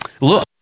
Look